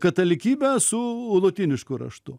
katalikybę su lotynišku raštu